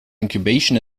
incubation